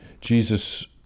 Jesus